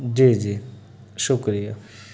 جی جی شکریہ